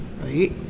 right